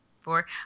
Four